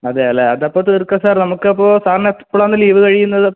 അതെ അല്ലേ അത് അപ്പോൾ തീർക്കാം സാർ നമുക്ക് അപ്പോൾ സാറിന് എപ്പോഴാണ് ലീവ് കഴിയുന്നത്